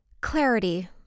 clarity